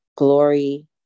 glory